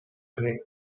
grey